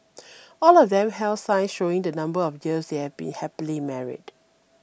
all of them held signs showing the number of years they had been happily married